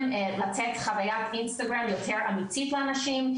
לתת חווית אינסטגרם יותר אמיתית לאנשים,